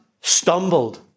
stumbled